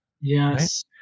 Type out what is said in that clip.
Yes